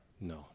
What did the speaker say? No